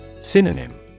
Synonym